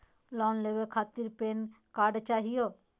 Loan लेवे खातीर PAN card चाहियो?